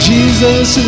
Jesus